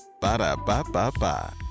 Ba-da-ba-ba-ba